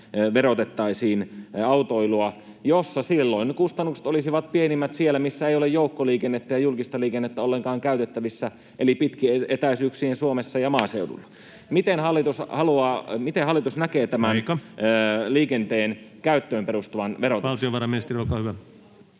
verotettaisiin autoilua, ja silloin kustannukset olisivat pienimmät siellä, missä ei ole joukkoliikennettä ja julkista liikennettä ollenkaan käytettävissä eli pitkien etäisyyksien Suomessa ja maaseudulla. Miten hallitus näkee [Leena Meren välihuuto